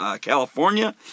California